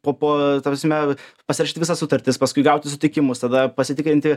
po po ta prasme pasirašyti visas sutartis paskui gauti sutikimus tada pasitikrinti